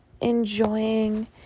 enjoying